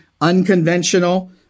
unconventional